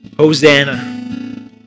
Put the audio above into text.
Hosanna